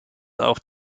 auch